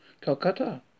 calcutta